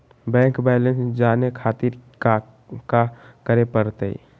Bank balance जाने खातिर काका करे पड़तई?